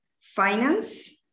finance